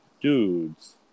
dudes